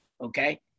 okay